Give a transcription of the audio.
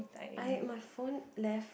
I my phone left